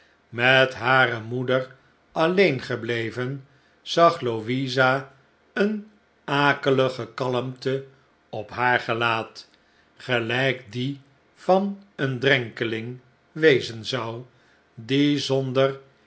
met hare moeder alleen gebleven zag louisa eene akelige kalmte op haar gelaat gelijk die van een drenkeling wezen zou die zonder